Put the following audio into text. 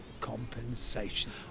compensation